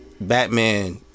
Batman